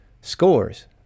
scores